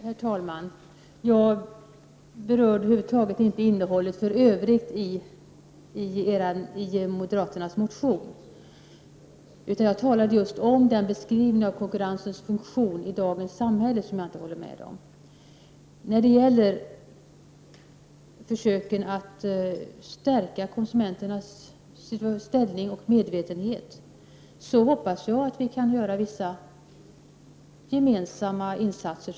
Herr talman! Jag berörde över huvud taget inte innehållet i övrigt i moderaternas motion, utan jag talade just om den beskrivning av konkurrensens funktion i dagens samhälle som jag inte håller med om. När det gäller försöken att stärka konsumenternas ställning och medvetenhet hoppas jag att vi så småningom kan göra vissa gemensamma insatser.